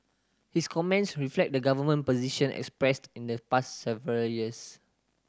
his comments reflect the government position expressed in the past several years